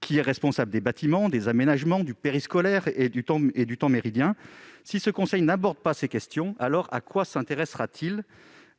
qui est responsable des bâtiments, des aménagements, du périscolaire et du temps méridien. Si ce conseil n'aborde pas ces questions, à quoi s'intéressera-t-il ?